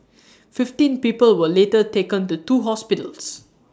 fifteen people were later taken to two hospitals